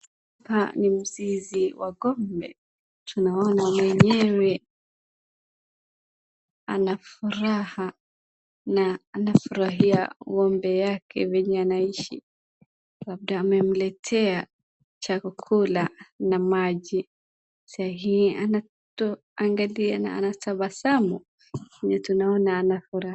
Hapa ni mzizi wa ng'ombe tunaona mwenyewe ana furaha na anafurahia ng'ombe yake venye anaishi , labda amemletea chakula na maji. Saa hii anangalia anatabasamu tunaona anafurahia.